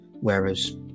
whereas